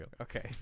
Okay